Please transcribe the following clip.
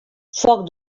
foc